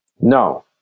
No